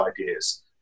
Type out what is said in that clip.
ideas